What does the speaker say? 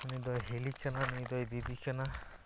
ᱱᱩᱭᱫᱚᱭ ᱦᱤᱞᱤ ᱠᱟᱱᱟ ᱱᱩᱭᱫᱚᱭ ᱫᱤᱫᱤ ᱠᱟᱱᱟ